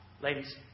Ladies